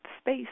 space